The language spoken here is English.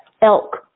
elk